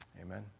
Amen